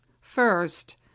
First